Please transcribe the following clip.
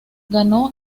ganó